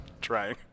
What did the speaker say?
trying